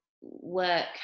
work